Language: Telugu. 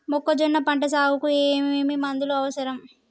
మొక్కజొన్న పంట సాగుకు ఏమేమి మందులు అవసరం?